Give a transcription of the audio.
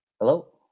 Hello